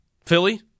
Philly